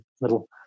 little